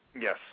Yes